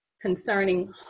concerning